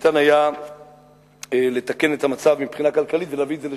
שניתן היה לתקן את המצב מבחינה כלכלית ולהביא את זה יותר